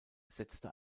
setzte